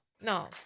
no